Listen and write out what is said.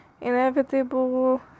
inevitable